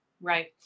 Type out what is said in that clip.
Right